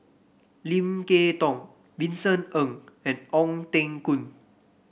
Lim Kay Tong Vincent Ng and Ong Teng Koon